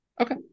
okay